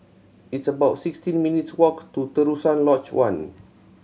it's about sixteen minutes' walk to Terusan Lodge One